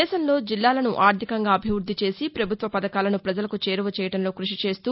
దేశంలో జిల్లాలను ఆర్థికంగా అభివృద్ది చేసి ప్రభుత్వ పథకాలను ప్రపజలకు చేరువ చేయడంలో కృషి చేస్తూ